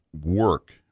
work